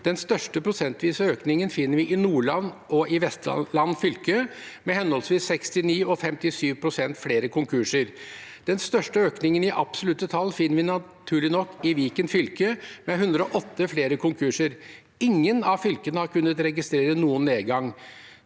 Den største prosentvise økningen finner vi i Nordland fylke og i Vestland fylke, med henholdsvis 69 og 57 pst. flere konkurser. Den største økningen i absolutte tall finner vi naturlig nok i Viken fylke, med 108 flere konkurser. Ingen av fylkene har kunnet registrere noen nedgang.